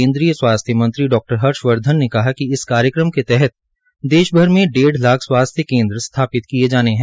केन्द्रीय स्वास्थ्य मंत्री डॉ हर्षवर्धन ने कहा कि इस कार्यक्रम के तहत देशभर में डेढ़ लाख स्वास्थ्य केन्द्र स्थापित किये जाने है